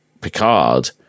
Picard